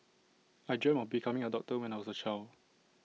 I dreamt of becoming A doctor when I was A child